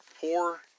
poor